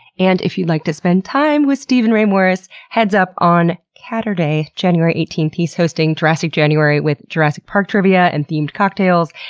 and if you'd like to spend time with steven ray morris, heads up on caturday january eighteenth, he's hosting jurassic january, with jurassic park trivia and themed cocktails,